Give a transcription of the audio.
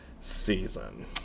season